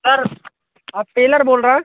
sir आप tailor बोल रहे